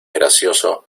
gracioso